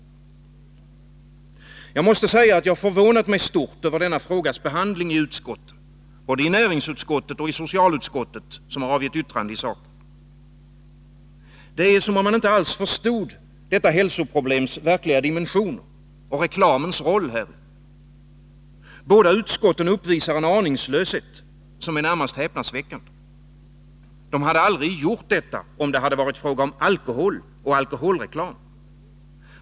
Jag måste säga, att jag förvånat mig stort över denna frågas behandling i utskotten — både i näringsutskottet och i socialutskottet, som avgett yttrande i saken. Det är som om man inte alls förstod detta hälsoproblems verkliga dimensioner och reklamens roll häri. Båda utskotten uppvisar en aningslöshet som är närmast häpnadsväckande. De hade aldrig gjort detta, om det hade varit fråga om alkohol och alkoholreklam.